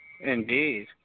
Indeed